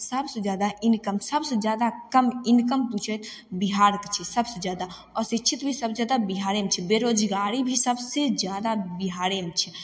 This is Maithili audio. सब सँ जादा इनकम सबसँ जादा कम इनकम उ छै बिहारके छै सबसँ जादा आओर अशिक्षित भी सबसँ जादा बिहारेमे छै बेरोजगारी भी सब सँ जादा बिहारेमे छै